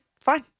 fine